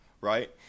right